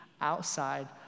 outside